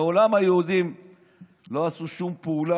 מעולם היהודים לא עשו שום פעולה,